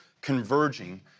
converging